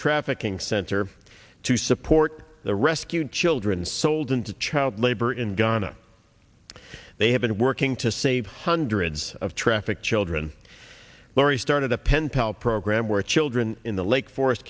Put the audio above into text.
trafficking center to support the rescued children sold into child labor in ghana they have been working to save hundreds of traffic children lorie started a pen pal program where children in the lake forest